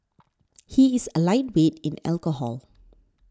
he is a lightweight in alcohol